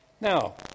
Now